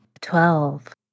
Twelve